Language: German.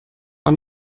man